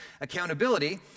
accountability